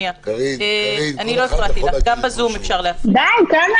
גם בזום אפשר להפריע.